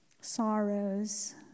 sorrows